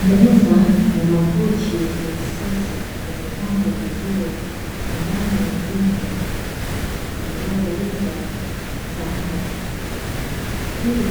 Meza na makochi ya kisasa yamepangwa mizuri ndani ya jengo, linalouza samani